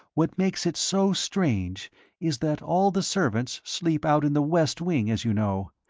what makes it so strange is that all the servants sleep out in the west wing, as you know,